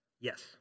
Yes